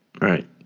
Right